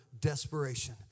desperation